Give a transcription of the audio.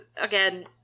again